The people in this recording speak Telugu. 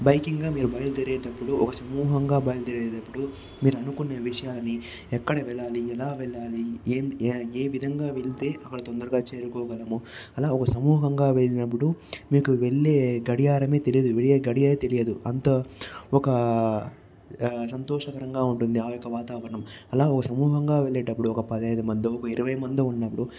బైకింగ్ గా మీరు బయలుదేరేటప్పుడు ఒక సమూహంగా బయలుదేరేటప్పుడు మీరు అనుకున్న విషయాలని ఎక్కడ వెళ్లాలి ఎలా వెళ్లాలి ఏ విధంగా వెళ్తే అక్కడ తొందరగా చేరుకోగలము అలా ఒక సమూహంగా వెళ్ళినప్పుడు మీకు వెళ్లే గడియారమే తెలీదు వెళ్లే గడియే తెలియదు అంతా ఒక సంతోషకరంగా ఉంటుంది ఆ యొక్క వాతావరణం అలా ఒక సమూహంగా వెళ్లేటప్పుడు ఒక పదహైదు మందో ఇరవై మందో ఉన్నప్పుడు